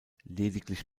lediglich